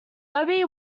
obi